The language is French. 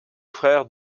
frère